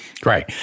Great